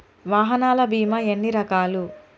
వాహనాల బీమా ఎన్ని రకాలు?